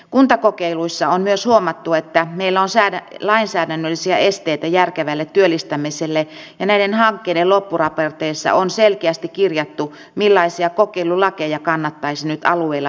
kuntakokeiluissa on myös huomattu että meillä on lainsäädännöllisiä esteitä järkevälle työllistämiselle ja näiden hankkeiden loppuraporteissa on selkeästi kirjattu millaisia kokeilulakeja kannattaisi nyt alueilla pilotoida